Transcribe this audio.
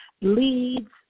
leads